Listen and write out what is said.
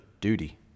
duty